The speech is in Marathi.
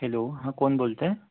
हॅलो हां कोण बोलत आहे